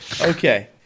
Okay